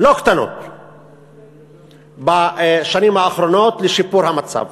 לא קטנות בשנים האחרונות לשיפור המצב,